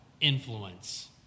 influence